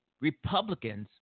Republicans